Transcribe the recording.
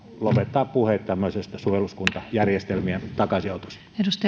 lopettaa puheet tämmöisten suojeluskuntajärjestelmien takaisinotosta